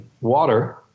water